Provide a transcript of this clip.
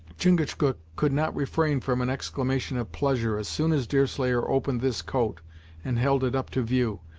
chingachgook could not refrain from an exclamation of pleasure, as soon as deerslayer opened this coat and held it up to view,